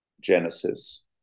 genesis